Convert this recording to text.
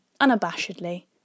unabashedly